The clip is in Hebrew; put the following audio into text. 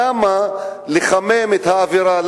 למה לחמם את האווירה?